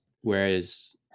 Whereas